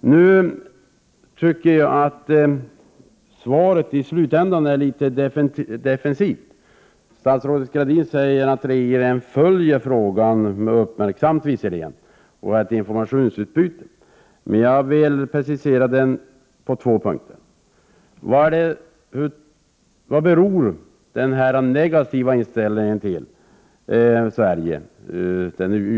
Jag anser att slutet av svaret är något defensivt. Statsrådet säger visserligen att regeringen följer utvecklingen uppmärksamt och har ett löpande informationsutbyte med Förenta staterna. Men jag vill precisera frågan på två punkter: Vad beror